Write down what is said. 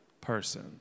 person